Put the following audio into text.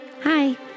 Hi